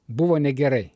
buvo negerai